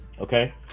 Okay